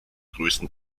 größten